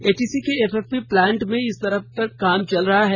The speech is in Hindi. एचईसी के एफएफपी प्लांट में इस पर काम चल रहा है